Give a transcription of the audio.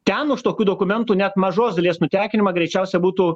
ten už tokių dokumentų net mažos dalies nutekinimą greičiausia būtų